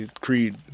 Creed